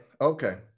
okay